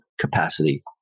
capacity